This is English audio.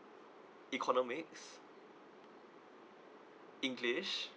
economics english